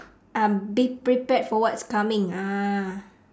um be prepared for what's coming ah